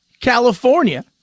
California